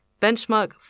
benchmark